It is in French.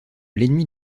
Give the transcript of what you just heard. l’ennemi